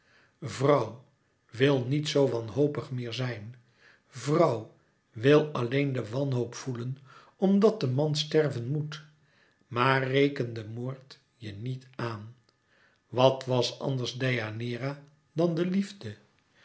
vrouw wil niet zo wanhopig meer zijn vrouw wil alleen de wanhoop voelen omdat de man sterven moet maar reken den moord je niet aan wat was anders deianeira dan de liefde